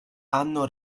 hanno